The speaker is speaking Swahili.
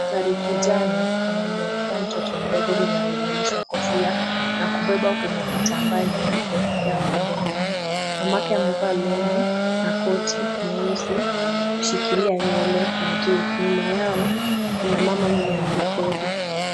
Daktari kijana anamwekea mtoto mdogo mwenye amevalishwa kofia na kubebwa kwenye kitambaa nyeupe dawa mdomoni. Mamake amevaa long'i na koti nyeusi kushikilia nywele na juu. Nyuma yao kuna mama mwenye anarekodi.